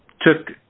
took